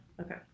Okay